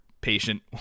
patient